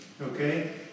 Okay